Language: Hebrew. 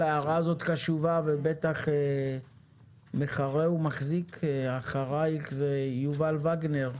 ההערה הזאת חשובה ובטח מחרה ומחזיק אחריך יובל וגנר.